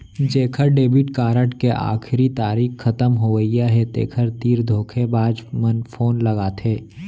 जेखर debit card के आखरी तारीख खतम होवइया हे तेखर तीर धोखेबाज मन फोन लगाथे